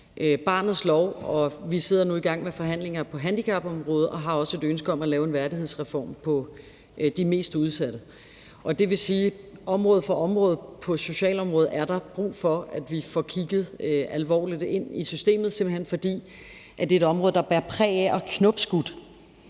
barnets lov, og vi sidder nu og er i gang med forhandlinger på handicapområdet og har også et ønske om at lave en værdighedsreform med henblik på de mest udsatte. Det vil sige: Område for område på socialområdet er der brug for, at vi får kigget alvorligt ind i systemet, simpelt hen fordi det er et område, der bærer præg af at have knopskudt.